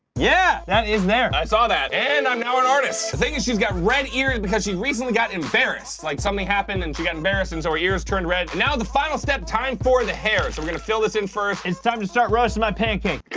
yeah that is there i saw that and i'm now an artist thinking she's got red ears because she recently got embarrassed like something happened and she got embarrassing so her ears turned red now the final step time for the hair so we're gonna fill this in first it's time to start rushing my pancake